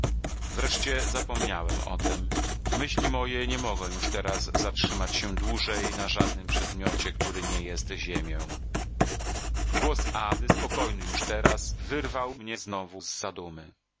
wreszcie zapomniałem o tem myśli moje nie mogą już teraz zatrzymać się dłużej na żadnym przedmiocie który nie jest ziemią głos ady spokojny już teraz wyrwarłwyrwał mnie znowu z zadumy